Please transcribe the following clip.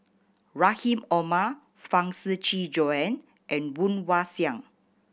Rahim Omar Huang Shiqi Joan and Woon Wah Siang